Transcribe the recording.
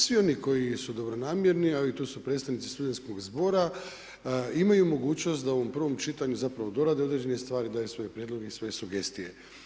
Svi oni koji su dobronamjerni, a i tu su predstavnici studenskog zbora, imaju mogućnost da u ovom prvom čitanju zapravo dorade određene stvari, daju svoje prijedloge i svoje sugestije.